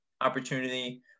opportunity